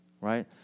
right